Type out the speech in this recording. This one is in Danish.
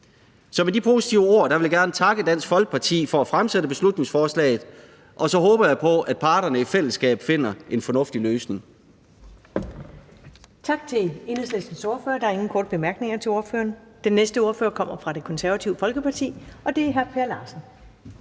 Så med de positive ord vil jeg gerne takke Dansk Folkeparti for at have fremsat beslutningforslaget, og så håber jeg på, at parterne i fællesskab finder en fornuftig løsning.